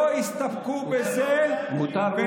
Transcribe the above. ולא הסתפקו בזה, מותר לו.